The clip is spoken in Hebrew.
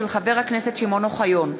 של חבר הכנסת שמעון אוחיון,